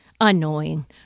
annoying